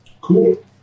cool